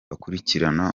bakurikirana